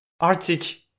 arctic